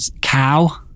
Cow